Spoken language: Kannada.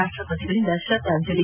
ರಾಷ್ಷಪತಿಗಳಿಂದ ಶ್ರದ್ದಾಂಜಲಿ